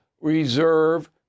reserve